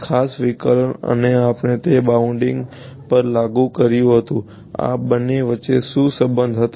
ખાસ વિકલન અને આપણે તે બાઉન્ડ્રી પર લાગુ કર્યું હતું આ બંને વચ્ચે શું સંબંધ હતો